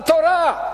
התורה,